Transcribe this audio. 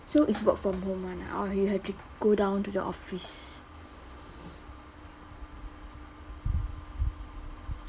so it's work from home one ah or you have to go down to the office